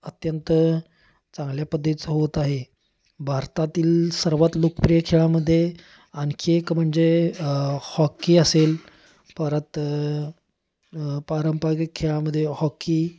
अत्यंत चांगल्या पद्धतीचा होत आहे भारतातील सर्वात लोकप्रिय खेळामध्ये आणखी एक म्हणजे हॉकी असेल परत पारंपरिक खेळामध्ये हॉकी